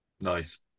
Nice